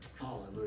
Hallelujah